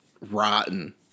rotten